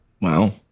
Wow